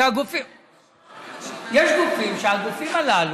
והגופים הללו,